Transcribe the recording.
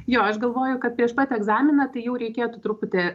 jo aš galvojau kad prieš pat egzaminą tai jau reikėtų truputį